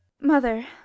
Mother